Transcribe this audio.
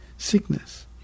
sickness